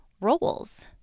roles